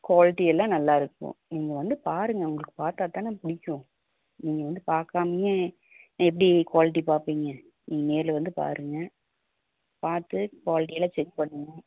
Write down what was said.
quality எல்லாம் நல்லாயிருக்கும் நீங்கள் வந்து பாருங்க உங்களுக்கு பார்த்தா தானே பிடிக்கும் நீங்கள் வந்து பார்க்காமையே எப்படி குவால்ட்டி பார்ப்பீங்க நீங்க நேரில் வந்து பாருங்க பார்த்து குவால்ட்டியெலாம் செக் பண்ணுங்க